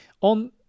On